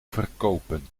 verkopen